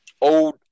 old